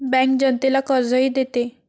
bank जनतेला कर्जही देते